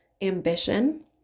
ambition